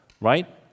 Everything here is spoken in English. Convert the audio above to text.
right